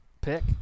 pick